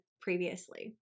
previously